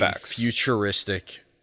futuristic